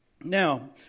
Now